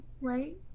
right